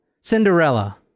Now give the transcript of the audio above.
Cinderella